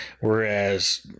whereas